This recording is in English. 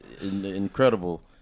incredible